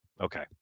Okay